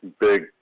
big